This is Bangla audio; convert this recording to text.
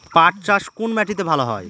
পাট চাষ কোন মাটিতে ভালো হয়?